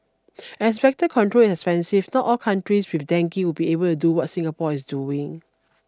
as vector control is expensive not all countries with dengue would be able to do what Singapore is doing